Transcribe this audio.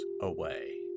away